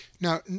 Now